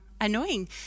annoying